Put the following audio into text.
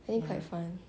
it'll be quite fun